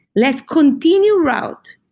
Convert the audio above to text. let's continue route.